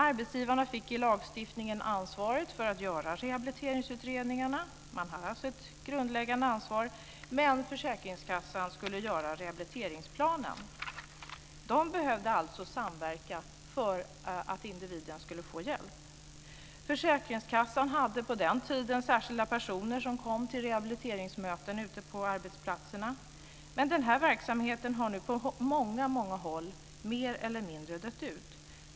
Arbetsgivarna fick i lagstiftningen ansvaret för att göra rehabiliteringsutredningarna - man hade alltså ett grundläggande ansvar - men försäkringskassan skulle göra rehabiliteringsplanen. De behövde alltså samverka för att individen skulle få hjälp. Försäkringskassan hade på den tiden särskilda personer som kom till rehabiliteringsmöten ute på arbetsplatserna, men denna verksamhet har nu på många håll mer eller mindre dött ut.